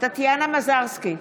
טטיאנה מזרסקי,